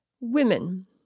Women